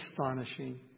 astonishing